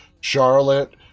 Charlotte